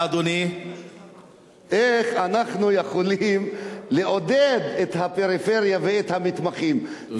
איך אנחנו יכולים לעודד את הפריפריה ואת המתמחים.